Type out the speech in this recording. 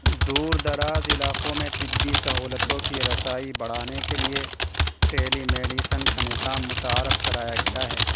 دور دراز علاقوں میں طبی سہولتوں کی رسائی بڑھانے کے لیے ٹیلی میڈیسن کا نظام متعارف کرایا گیا ہے